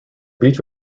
beach